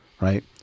right